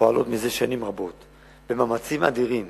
פועלות מזה שנים רבות במאמצים אדירים